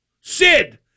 Sid